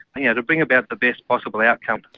yeah to bring about the best possible outcome.